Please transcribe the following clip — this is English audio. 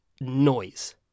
noise